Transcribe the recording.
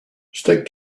stick